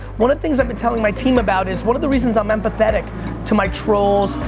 one of things i've been telling my team about is one of the reasons i'm empathetic to my trolls,